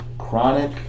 Chronic